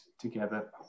together